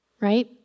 Right